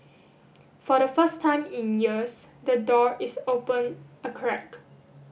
for the first time in years the door is open a crack